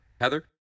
Heather